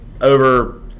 over